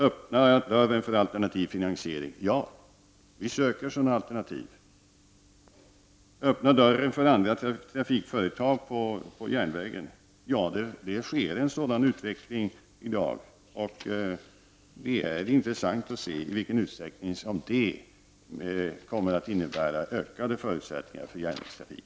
Öppna dörren för alternativ finansiering! säger Anders Castberger. Ja! Vi söker sådana alternativ. Öppna dörren för andra trafikföretag på järnvägen! säger han. Ja, det sker en sådan utveckling i dag och det är intressant att se i vilken utsträckning det kommer att innebära ökade förutsättningar för järnvägstrafik.